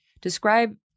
describe